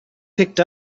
picked